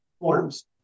forms